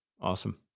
Awesome